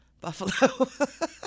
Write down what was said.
Buffalo